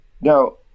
Now